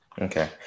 Okay